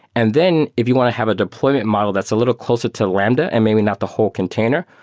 and then if you want to have a deployment model that's a little closer to lambda and maybe not the whole container,